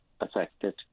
affected